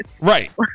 Right